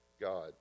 God